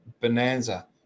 bonanza